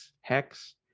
hex